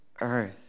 earth